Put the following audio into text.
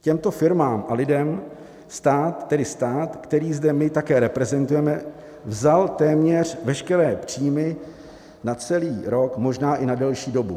Těmto firmám a lidem stát, tedy stát, který zde my také reprezentujeme, vzal téměř veškeré příjmy na celý rok, možná i na delší dobu.